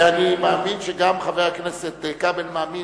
ואני מאמין שגם חבר הכנסת כבל מאמין,